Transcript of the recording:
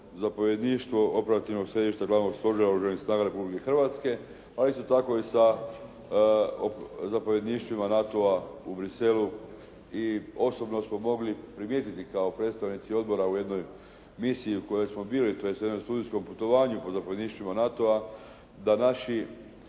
Kabul-Zapovjedništvo operativnog središta Glavnog stožera Oružanih snaga Republike Hrvatske a isto tako i sa zapovjedništvima NATO-a u Bruxellesu i osobno smo mogli primijetiti kao predstavnici odbora u jednoj misiji u kojoj smo bili tj. jednom studentskom putovanju pod zapovjedništvima NATO-a da naši